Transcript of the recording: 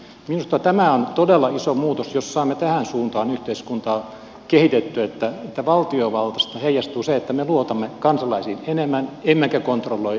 minusta tämä on todella iso muutos jos saamme tähän suuntaan yhteiskuntaa kehitettyä että valtiovallasta heijastuu se että me luotamme kansalaisiin enemmän emmekä kontrolloi emmekä pikkutarkasti säädä kaikkia asioita